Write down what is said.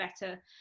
better